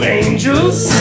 angels